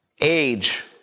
age